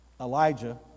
Elijah